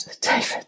David